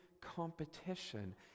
competition